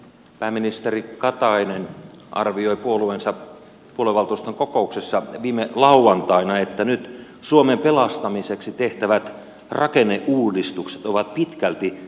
pääministeri katainen arvioi puolueensa puoluevaltuuston kokouksessa viime lauantaina että nyt suomen pelastamiseksi tehtävät rakenneuudistukset ovat pitkälti uskomuksen varaisia